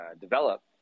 develop